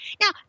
Now